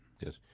Yes